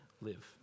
live